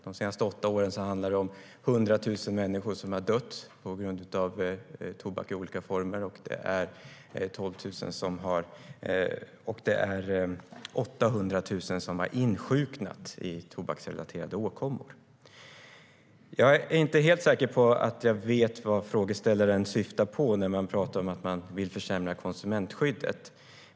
De senaste åtta åren har 100 000 människor dött på grund av tobak i olika former, och 800 000 har insjuknat i tobaksrelaterade åkommor. Jag är osäker på vad frågeställaren syftar på när han säger att vi vill försämra konsumentskyddet.